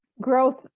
Growth